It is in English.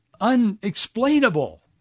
unexplainable